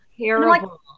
Terrible